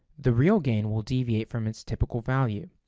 the real gain will deviate from its typical value.